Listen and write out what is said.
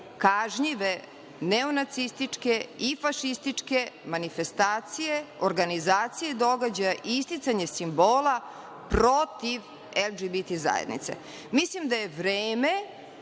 kažnjive neonacističke i fašističke manifestacije, organizacije i događaji, isticanje simbola protiv LGBT zajednice. Mislim da je vreme